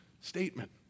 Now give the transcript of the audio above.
statement